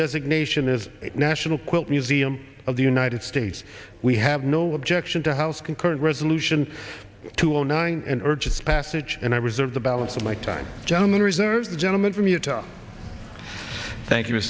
designation as national quilt museum of the united states we have no objection to house concurrent resolution two zero nine and urge its passage and i reserve the balance of my time gentleman reserves the gentleman from utah thank you